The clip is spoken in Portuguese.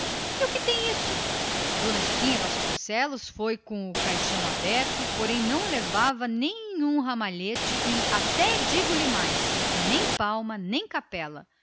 e o que tem isso d chiquinha vasconcelos foi de caixão aberto porém não levava ramalhete e até digo-lhe mais nem palma nem capela